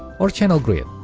or channel grid.